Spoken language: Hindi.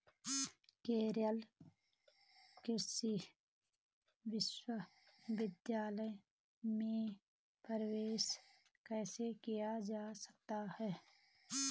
केरल कृषि विश्वविद्यालय में प्रवेश कैसे लिया जा सकता है?